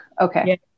Okay